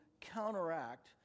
counteract